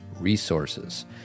resources